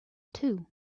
too